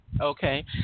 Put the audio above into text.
Okay